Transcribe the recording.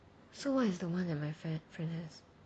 so what is the one that my friend has